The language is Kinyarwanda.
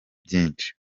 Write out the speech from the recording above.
byinshi